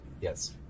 Yes